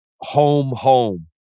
home-home